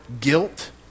guilt